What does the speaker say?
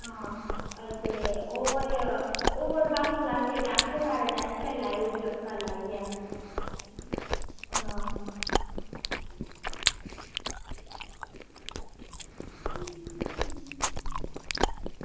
आं ते होर होर बाकी क्लासें दे टेस्ट बगैरा चैक करी लैयो भी तुस कल्ल आइयै अं